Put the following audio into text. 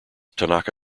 tanaka